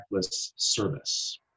service